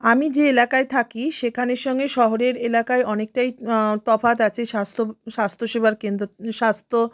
আমি যে একালায় থাকি সেখানের সঙ্গে শহরের এলাকায় অনেকটাই তফাৎ আছে স্বাস্থ স্বাস্থ সেবার কেন্দ্র স্বাস্থ